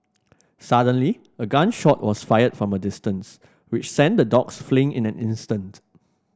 suddenly a gun shot was fired from a distance which sent the dogs fleeing in an instant